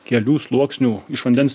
kelių sluoksnių iš vandens